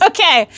Okay